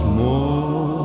more